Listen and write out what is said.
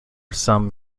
some